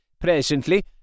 presently